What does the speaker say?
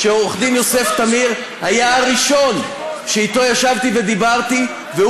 עורך-דין יוסף תמיר היה הראשון שישבתי ודיברתי אתו,